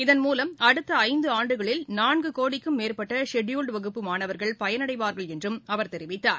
இதன் மூலம் அடுத்த இந்து ஆண்டுகளில் நான்கு கோடிக்கும் மேற்பட்ட ஷெட்யூல்டு வகுப்பு மாணவர்கள் பயனடைவார்கள் என்றும் அவர் தெரிவித்தார்